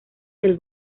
del